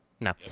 No